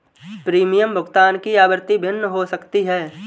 premium भुगतान की आवृत्ति भिन्न हो सकती है